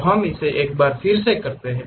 तो हम इसे एक बार फिर से करते हैं